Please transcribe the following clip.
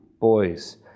boys